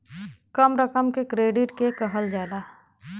कम रकम के क्रेडिट के कहल जाला